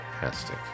fantastic